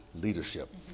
leadership